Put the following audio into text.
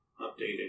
updated